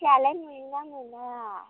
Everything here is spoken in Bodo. खुसिआलाय मोनोना मोना